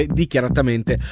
dichiaratamente